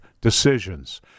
decisions